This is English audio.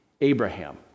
Abraham